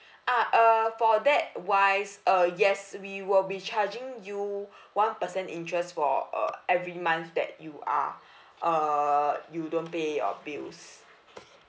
ah uh for that wise uh yes we will be charging you one percent interest for uh every month that you are err you don't pay your bills